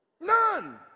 None